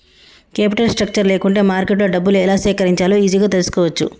capital structure లేకుంటే మార్కెట్లో డబ్బులు ఎలా సేకరించాలో ఈజీగా తెల్సుకోవచ్చు